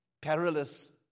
perilous